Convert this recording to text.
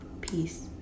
peace